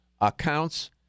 accounts